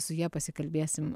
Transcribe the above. su ja pasikalbėsim